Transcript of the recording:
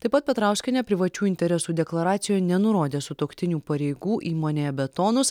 taip pat petrauskienė privačių interesų deklaracijoje nenurodė sutuoktinio pareigų įmonėje betonus